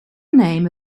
name